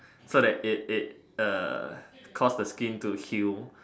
so that it it uh cause the skin to heal